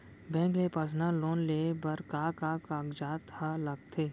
Bank ले personal loan लेये बर का का कागजात ह लगथे?